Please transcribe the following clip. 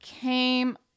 came